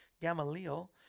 Gamaliel